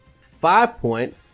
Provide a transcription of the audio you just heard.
five-point